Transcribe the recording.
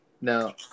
Now